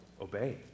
obey